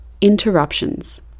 interruptions